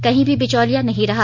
कहीं भी बिचौलिया नहीं रहा